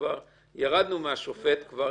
כבר ירדנו מהשופט כבר